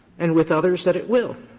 and with others that it will.